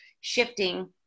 shifting